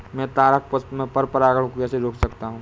मैं तारक पुष्प में पर परागण को कैसे रोक सकता हूँ?